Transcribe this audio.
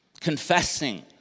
confessing